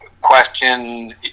Question